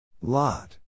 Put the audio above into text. Lot